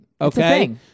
okay